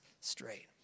straight